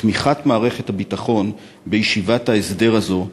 תמיכת מערכת הביטחון בישיבת ההסדר הזאת,